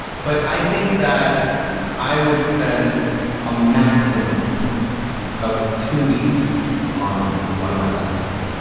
but i think that i would spend a maximum of two weeks on one of my lessons.